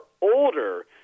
older